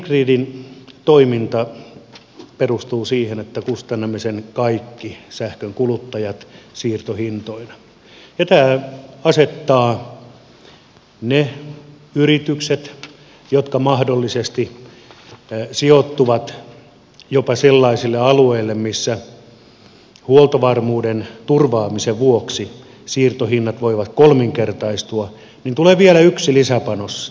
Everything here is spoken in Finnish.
fingridin toiminta perustuu siihen että kustannamme sen kaikki sähkönkuluttajat siirtohintoina ja tämä asettaa ne yritykset jotka mahdollisesti sijoittuvat jopa sellaisille alueille joilla huoltovarmuuden turvaamisen vuoksi siirtohinnat voivat kolminkertaistua niin tulee vielä yksi lisäpanos tämän kantaverkon hinnoittelun myötä